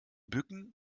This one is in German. bücken